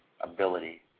ability